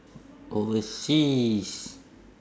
overseas